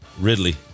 Ridley